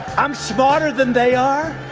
i'm smarter than they are.